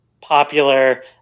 popular